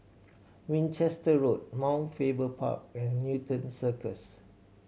Winchester Road Mount Faber Park and Newton Circus